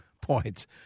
points